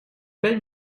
пять